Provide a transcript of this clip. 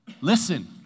Listen